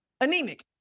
Anemic